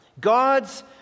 God's